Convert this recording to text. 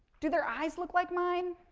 do their eyes look like mine?